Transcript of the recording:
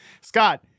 scott